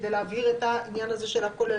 כדי להבהיר את העניין הזה של הכוללניות,